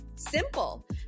Simple